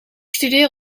studeer